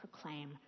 proclaim